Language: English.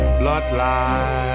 bloodline